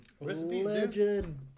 Legend